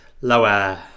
lower